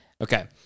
okay